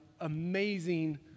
amazing